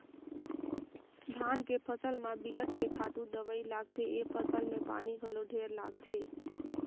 धान के फसल म बिकट के खातू दवई लागथे, ए फसल में पानी घलो ढेरे लागथे